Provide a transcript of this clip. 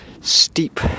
steep